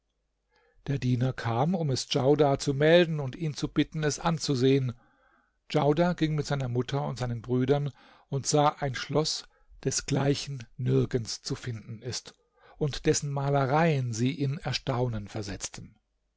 der diener kam um es djaudar zu melden und ihn zu bitten es anzusehen djaudar ging mit seiner mutter und seinen brüdern und sah ein schloß desgleichen nirgends zu finden ist und dessen malereien sie in erstaunen versetzten